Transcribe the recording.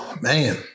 Man